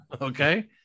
Okay